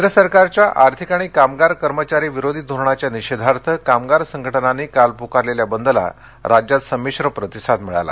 केंद्र सरकारच्या आर्थिक आणि कामगार कर्मचारीविरोधी धोरणाच्या निषेधार्थ कामगार संघटनांनी काल पुकारलेल्या बंदला राज्यात संमिश्र प्रतिसाद मिळाला